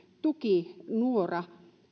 tukinuora